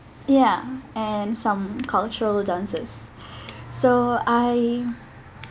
ya and some cultural dances so I